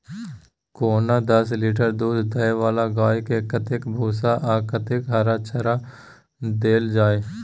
कोनो दस लीटर दूध दै वाला गाय के कतेक भूसा आ कतेक हरा चारा देल जाय?